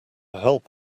help